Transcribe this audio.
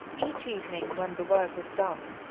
each evening, when the work was done,